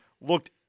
Looked